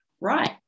right